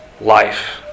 life